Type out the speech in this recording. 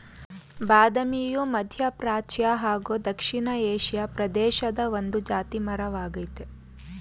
ಬಾದಾಮಿಯು ಮಧ್ಯಪ್ರಾಚ್ಯ ಹಾಗೂ ದಕ್ಷಿಣ ಏಷಿಯಾ ಪ್ರದೇಶದ ಒಂದು ಜಾತಿ ಮರ ವಾಗಯ್ತೆ